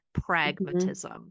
pragmatism